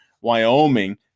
Wyoming